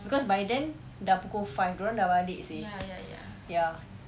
because by then dah pukul five dia orang dah balik seh ya